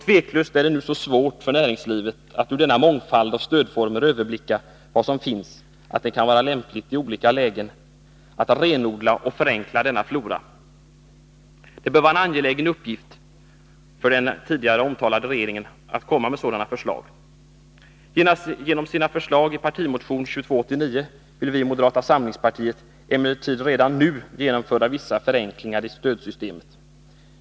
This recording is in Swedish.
Givetvis är det nu svårt för näringslivet att ur denna mångfald av stödformer överblicka vad som finns, och det kan vara lämpligt att i olika lägen renodla och förenkla denna flora. Det bör vara en angelägen uppgift för den tidigare nämnda utredningen att komma med sådana förslag. Genom förslagen i partimotion 2289 vill vi inom moderata samlingspartiet emellertid redan nu genomföra vissa förenklingar i stödsystemet.